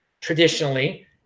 traditionally